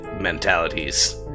mentalities